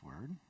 word